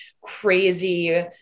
crazy